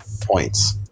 points